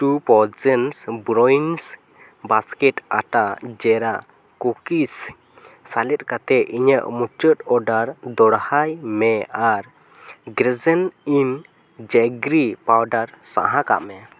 two ᱯᱚᱭᱡᱮᱱᱥ ᱵᱨᱳᱣᱤᱝᱥ basket ᱟᱴᱟ ᱡᱮᱨᱟ ᱠᱚᱠᱤᱥ ᱥᱮᱞᱮᱫ ᱠᱟᱛᱮ ᱤᱧᱟᱹᱜ ᱢᱩᱪᱟᱹᱫ ᱚᱰᱟᱨ ᱫᱚᱲᱦᱟᱭ ᱢᱮ ᱟᱨ ᱜᱨᱮᱡᱮᱱ ᱤᱱ ᱡᱮᱜᱨᱤ ᱯᱟᱣᱰᱟᱨ ᱥᱟᱦᱟᱠᱟᱜ ᱢᱮ